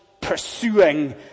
pursuing